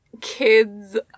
kids